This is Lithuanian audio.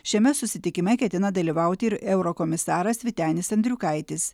šiame susitikime ketina dalyvauti ir eurokomisaras vytenis andriukaitis